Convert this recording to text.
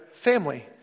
family